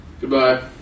goodbye